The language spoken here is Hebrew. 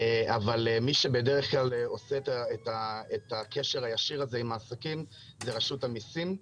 אבל מי שבדרך כלל עושה את הקשר הישיר הזה עם העסקים זה רשות המיסים,